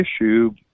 issue